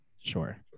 sure